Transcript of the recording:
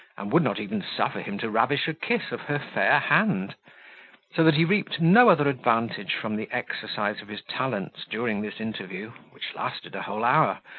and would not even suffer him to ravish a kiss of her fair hand so that he reaped no other advantage from the exercise of his talents, during this interview, which lasted a whole hour,